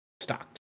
stocked